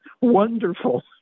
wonderful